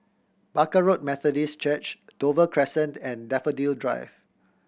Barker Road Methodist Church Dover Crescent and Daffodil Drive